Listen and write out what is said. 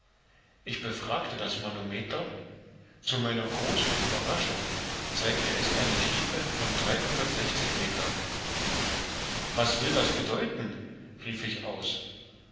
ich befragte das manometer zu meiner großen ueberraschung zeigte es eine tiefe von dreihundertsechzig meter was will das bedeuten rief ich aus